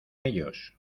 ellos